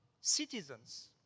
citizens